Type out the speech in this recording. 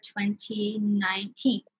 2019